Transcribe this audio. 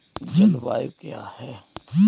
जलवायु क्या है?